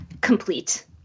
complete